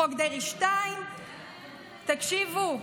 חוק דרעי 2. תקשיבו,